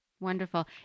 wonderful